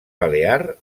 balear